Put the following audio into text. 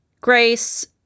Grace